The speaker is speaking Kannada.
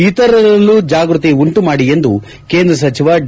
ಇತರರಲ್ಲೂ ಜಾಗ್ಯತಿ ಉಂಟುಮಾಡಿ ಎಂದು ಕೇಂದ್ರ ಸಚಿವ ಡಿ